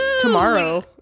tomorrow